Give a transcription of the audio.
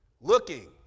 looking